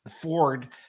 Ford